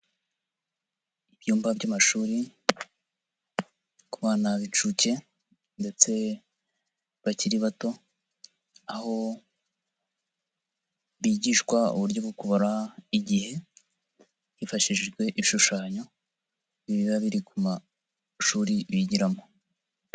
Ibyumba by'amashuri ku bana b'incuke ndetse bakiri bato, aho bigishwa uburyo bwo kubara igihe, hifashishijwe ibishushanyo biba biri ku mashuri bigiramo.